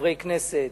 חברי כנסת,